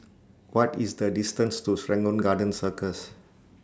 What IS The distance to Serangoon Garden Circus